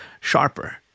sharper